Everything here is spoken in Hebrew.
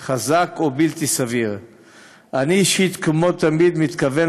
נורא, מטריד,